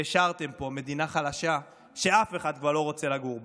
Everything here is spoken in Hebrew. והשארתם פה מדינה חלשה שאף אחד כבר לא רוצה לגור בה?